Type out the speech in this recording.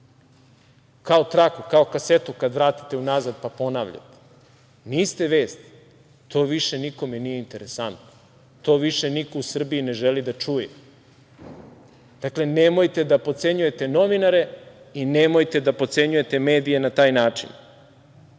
kao traku, kao kasetu kad vratite unazad, pa ponavlja. Niste vest. To više nikome nije interesantno, to više niko u Srbiji ne želi da čuje. Dakle, nemojte da potcenjujete novinare i nemojte da potcenjujete medije na taj način. Nećete